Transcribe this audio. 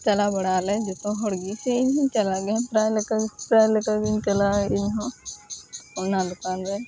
ᱪᱟᱞᱟᱣ ᱵᱟᱲᱟᱜ ᱟᱞᱮ ᱡᱚᱛᱚ ᱦᱚᱲ ᱜᱮ ᱥᱮ ᱤᱧ ᱦᱚᱧ ᱪᱟᱞᱟᱜ ᱜᱮᱭᱟ ᱯᱮᱨᱟᱭ ᱞᱮᱠᱟ ᱜᱮ ᱯᱮᱨᱟᱭ ᱞᱮᱠᱟ ᱜᱮᱧ ᱪᱟᱞᱟᱜᱼᱟ ᱤᱧᱦᱚᱸ ᱚᱱᱟ ᱫᱚᱠᱟᱱ ᱨᱮ